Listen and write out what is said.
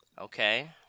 okay